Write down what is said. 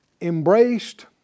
embraced